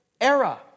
era